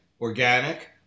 organic